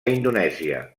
indonèsia